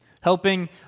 helping